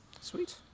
Sweet